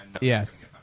Yes